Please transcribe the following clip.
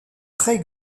très